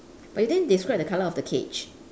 but you didn't describe the color of the cage